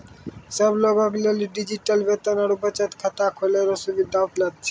सब लोगे के लेली डिजिटल वेतन आरू बचत खाता खोलै रो सुविधा उपलब्ध छै